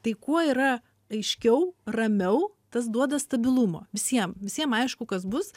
tai kuo yra aiškiau ramiau tas duoda stabilumo visiem visiem aišku kas bus